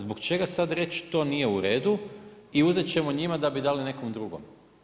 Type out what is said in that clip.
Zbog čega sada reći to nije u redu i uzeti ćemo njima da bi dali nekom drugom?